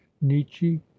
Nietzsche